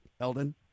Eldon